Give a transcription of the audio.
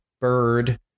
bird